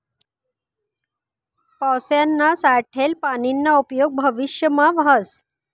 पावसायानं साठेल पानीना उपेग भविष्यमा व्हस